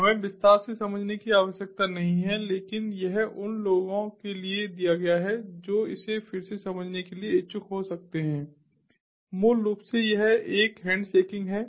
हमें विस्तार से समझने की आवश्यकता नहीं है लेकिन यह उन लोगों के लिए दिया गया है जो इसे फिर से समझने के लिए इच्छुक हो सकते हैं मूल रूप से यह एक हैण्डशेकिंग है